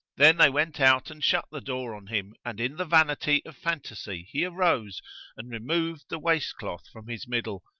then they went out and shut the door on him and in the vanity of phantasy he arose and removed the waist-cloth from his middle,